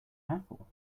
apple